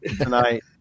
tonight